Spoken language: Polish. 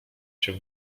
się